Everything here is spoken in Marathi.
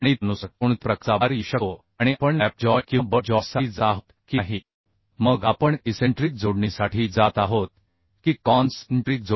आणि त्यानुसार कोणत्या प्रकारचा भार येऊ शकतो आणि आपण लॅप जॉईंट किंवा बट जॉईंटसाठी जात आहोत की नाही मग आपण इसेंट्रिक जोडणीसाठी जात आहोत की कॉन्सन्ट्रीक जोडणीसाठी